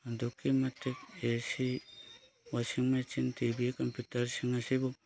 ꯑꯗꯨꯛꯀꯤ ꯃꯇꯤꯛ A C ꯋꯥꯁꯤꯡ ꯃꯦꯆꯤꯟ ꯇꯤ ꯚꯤ ꯀꯝꯄꯨꯇꯔꯁꯤꯡ ꯑꯁꯤꯕꯨ